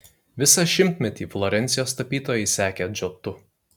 visą šimtmetį florencijos tapytojai sekė džotu